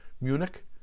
Munich